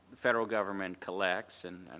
federal government collects and and